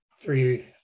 three